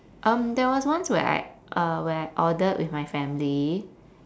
um there was once where I uh where I ordered with my family